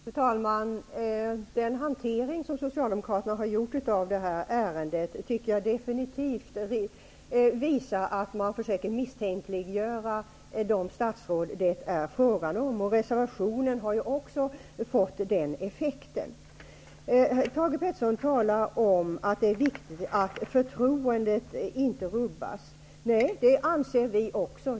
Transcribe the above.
Fru talman! Jag tycker definitivt att Socialdemokraternas hantering av detta ärende visar att man försöker misstänkliggöra de statsråd som det är fråga om. Reservationen har ju också fått den effekten. Thage G Peterson talar om att det är viktigt att förtroendet inte rubbas. Ja, det anser också vi.